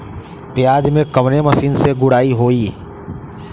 प्याज में कवने मशीन से गुड़ाई होई?